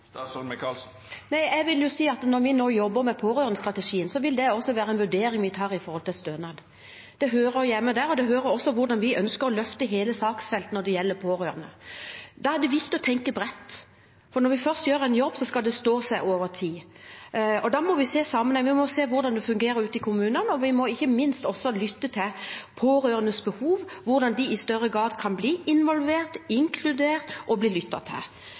Jeg vil si at når vi nå jobber med pårørendestrategien, vil det også være en vurdering vi gjør i forbindelse med stønad. Det hører hjemme der, også med tanke på hvordan vi ønsker å løfte hele saksfeltet når det gjelder pårørende. Da er det viktig å tenke bredt, for når vi først gjør en jobb, skal den stå seg over tid. Da må vi se sammenhengen. Vi må se hvordan det fungerer ute i kommunene, og vi må, ikke minst, lytte til pårørende når det gjelder deres behov, og hvordan de i større grad kan bli involvert, inkludert og lyttet til.